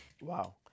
Wow